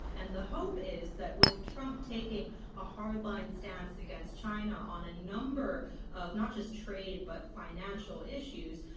and the hope is that with trump taking a hard-line stance against china on a number of not just trade but financial issues,